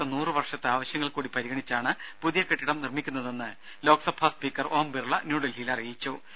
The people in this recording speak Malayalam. അടുത്ത നൂറു വർഷത്തെ ആവശ്യങ്ങൾ കൂടി പരിഗണിച്ചാണ് പുതിയ കെട്ടിടം നിർമ്മിക്കുന്നതെന്ന് ലോക്സഭാ സ്പീക്കർ ഓം ബിർള ന്യൂഡൽഹിയിൽ അറിയിച്ചു